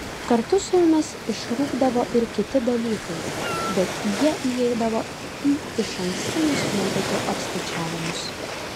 kartu su jomis išrūkdavo ir kiti dalykai bet jie įeidavo į išankstinius medikų apskaičiavimus